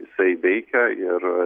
jisai veikia ir